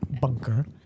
bunker